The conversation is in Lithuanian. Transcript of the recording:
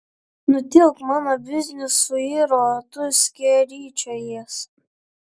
nutilk mano biznis suiro o tu skeryčiojies